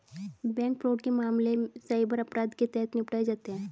bank fraud के मामले cyber अपराध के तहत निपटाए जाते हैं